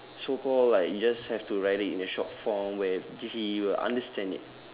so called like you just have to write it in a short form where he will understand it